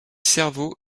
cerveaux